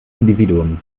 individuum